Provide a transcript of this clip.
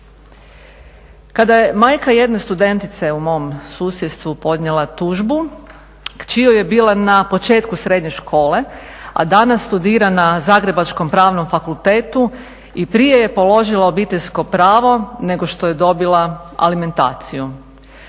Kada je majka jedne studentice u mom susjedstvu podnijela tužbu kći joj je bila na početku srednje škole, a danas studira na zagrebačkom Pravnom fakultetu i prije je položila Obiteljsko pravo nego što je dobila alimentaciju.